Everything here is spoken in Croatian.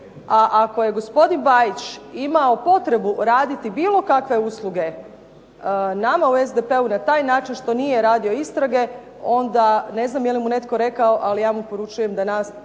ako je gospodin Bajić imao potrebu raditi bilo kakve usluge nama u SDP-u na taj način što nije radio istrage, onda ne znam je li mu netko rekao, ali ja mu poručujem da nama